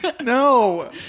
no